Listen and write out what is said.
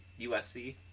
USC